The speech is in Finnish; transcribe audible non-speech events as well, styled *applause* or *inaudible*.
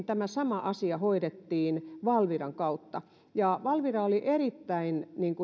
*unintelligible* tämä sama asia hoidettiin valviran kautta valvira oli erittäin